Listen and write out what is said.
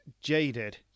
jaded